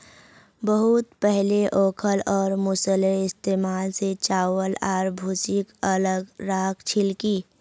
बहुत पहले ओखल और मूसलेर इस्तमाल स चावल आर भूसीक अलग राख छिल की